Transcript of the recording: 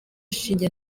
shinge